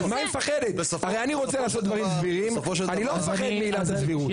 אני לא מפחד מעילת הסבירות.